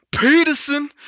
Peterson